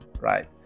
right